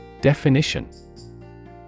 Definition